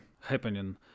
happening